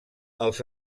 els